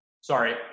Sorry